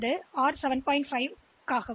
எனவே இந்த குறுக்கீடு மறைப்பதற்கும் இந்த RST 7